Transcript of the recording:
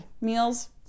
meals